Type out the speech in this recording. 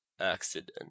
accident